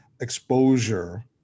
exposure